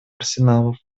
арсеналов